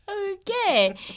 okay